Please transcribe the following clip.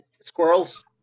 Squirrels